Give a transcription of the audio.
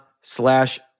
slash